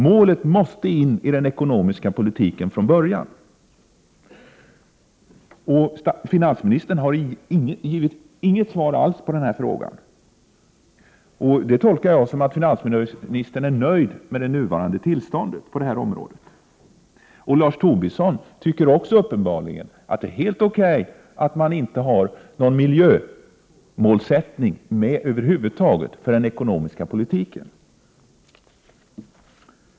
Målet måste in i den ekonomiska politiken från början. Finansministern har inte givit något svar alls på den här frågan. Det tolkar jag som att han är nöjd med det nuvarande tillståndet på det här området. Lars Tobisson tycker uppenbarligen också att det är helt O.K. att man inte har någon miljömålsättning över huvud taget för den ekonomiska politiken.